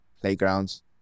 playgrounds